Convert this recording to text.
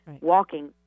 walking